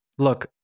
Look